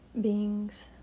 beings